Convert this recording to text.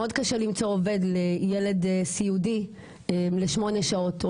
מאוד קשה למצוא עובד לילד סיעודי לשמונה שעות,